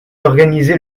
organisez